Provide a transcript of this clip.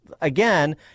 again